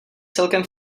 celkem